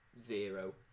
zero